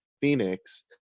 Phoenix